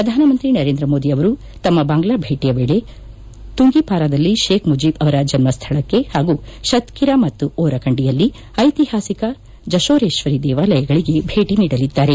ಪ್ರಧಾನಮಂತ್ರಿ ನರೇಂದ್ರ ಮೋದಿಯವರು ತಮ್ಮ ಬಾಂಗ್ಲಾ ಭೇಟಿಯ ವೇಳಿ ತುಂಗಿಪಾರದಲ್ಲಿ ಶೇಖ್ ಮುಜೀಬ್ ಅವರ ಜನ್ಮಸ್ದಳಕ್ಕೆ ಹಾಗೂ ಶತ್ಕಿರಾ ಮತ್ತು ಓರಕಂಡಿಯಲ್ಲಿ ಐತಿಹಾಸಿಕ ಜಶೋರೇಶ್ವರಿ ದೇವಾಲಯಗಳಿಗೆ ಭೇಟಿ ನೀಡಲಿದ್ದಾರೆ